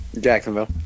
Jacksonville